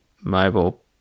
mobile